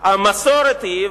המסורת היא,